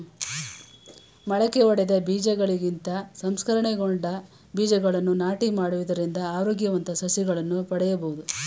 ಮೊಳಕೆಯೊಡೆದ ಬೀಜಗಳಿಗಿಂತ ಸಂಸ್ಕರಣೆಗೊಂಡ ಬೀಜಗಳನ್ನು ನಾಟಿ ಮಾಡುವುದರಿಂದ ಆರೋಗ್ಯವಂತ ಸಸಿಗಳನ್ನು ಪಡೆಯಬೋದು